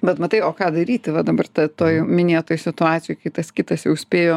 bet matai o ką daryti va dabar toj minėtoj situacijoj kai tas kitas jau spėjo